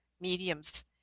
mediums